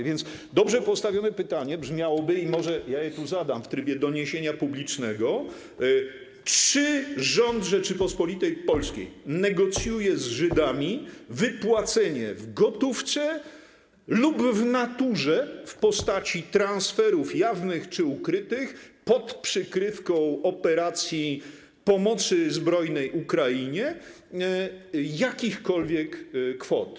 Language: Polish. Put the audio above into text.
Więc dobrze postawione pytanie brzmiałoby i może zadam je w trybie doniesienia publicznego: Czy rząd Rzeczypospolitej Polskiej negocjuje z Żydami wypłacenie - w gotówce lub w naturze, w postaci transferów jawnych czy ukrytych, pod przykrywką operacji pomocy zbrojnej Ukrainie -jakichkolwiek kwot?